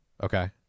Okay